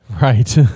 Right